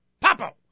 Papo